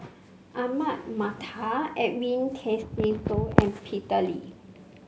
Ahmad Mattar Edwin Tessensohn and Peter Lee